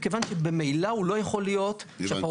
מכיוון שממילא הוא לא יכול להיות --- הבנתי.